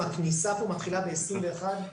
שהכניסה פה מתחילה ב-21,000,